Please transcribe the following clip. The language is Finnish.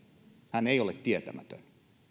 hän ei ole tietämätön